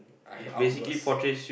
I had outburst